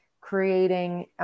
creating –